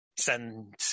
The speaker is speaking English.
Send